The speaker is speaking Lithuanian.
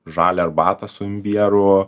žalią arbatą su imbieru